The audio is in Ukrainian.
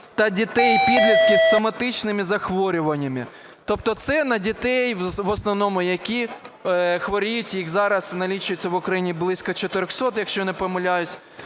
та дітей і підлітків з соматичними захворюваннями". Тобто це на дітей в основному, які хворіють, і їх зараз налічується в Україні близько 400, якщо я не помиляюся.